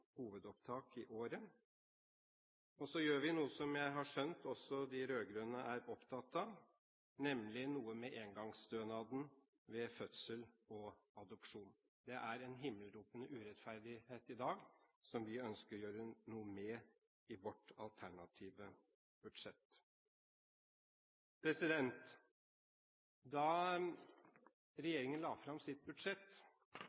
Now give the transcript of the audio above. hovedopptak i året. Så gjør vi noe med engangsstønaden ved fødsel og adopsjon, som jeg har skjønt også de rød-grønne er opptatt av. Det er en himmelropende urettferdighet i dag, som vi ønsker å gjøre noe med i vårt alternative budsjett. Da